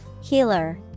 Healer